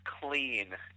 clean